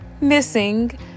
missing